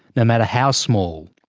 no matter how small.